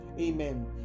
Amen